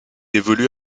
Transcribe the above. évolue